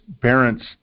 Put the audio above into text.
parents